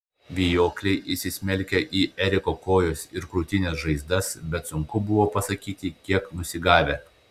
vijokliai įsismelkę į eriko kojos ir krūtinės žaizdas bet sunku buvo pasakyti kiek nusigavę